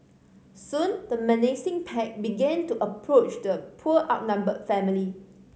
soon the menacing pack began to approach the poor outnumbered family